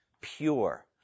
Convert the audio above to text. pure